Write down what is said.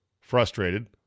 Frustrated